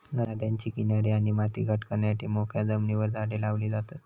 नद्यांचे किनारे आणि माती घट करण्यासाठी मोकळ्या जमिनीर झाडे लावली जातत